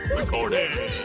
Recording